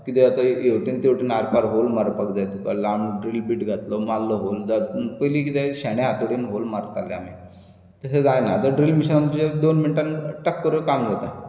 कितें जाता हेवटेन तेवटेन आरपार होल मारमाक जाय तुका लांब ड्रील बीड घातलो मारलो होल आतां पयलीं कितें हातोडीन होल मारताले आमी तशें जायना आतां ड्रील मॅशीन तुजें दोन मिण्ट्यान टक करून काम जाता